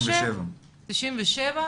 97. 97,